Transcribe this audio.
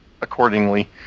accordingly